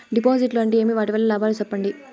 డిపాజిట్లు అంటే ఏమి? వాటి వల్ల లాభాలు సెప్పండి?